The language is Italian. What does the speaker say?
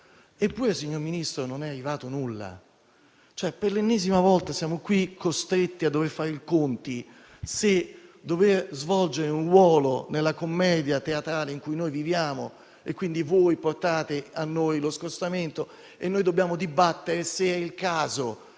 Eppure, signor Vice Ministro, non è arrivato nulla. Per l'ennesima volta siamo qui costretti a fare i conti e a chiederci se dobbiamo svolgere un ruolo nella commedia teatrale in cui viviamo: voi portate a noi lo scostamento e noi dobbiamo dibattere se sia il caso